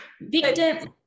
Victim